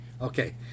Okay